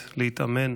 בטרם נתחיל בסדר-היום,